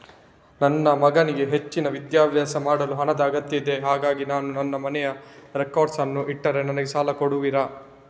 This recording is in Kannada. ನನ್ನ ಮಗನಿಗೆ ಹೆಚ್ಚಿನ ವಿದ್ಯಾಭ್ಯಾಸ ಮಾಡಲು ಹಣದ ಅಗತ್ಯ ಇದೆ ಹಾಗಾಗಿ ನಾನು ನನ್ನ ಮನೆಯ ರೆಕಾರ್ಡ್ಸ್ ಅನ್ನು ಇಟ್ರೆ ನನಗೆ ಸಾಲ ಕೊಡುವಿರಾ?